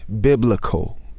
biblical